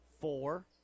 Four